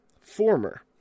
former